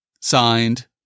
signed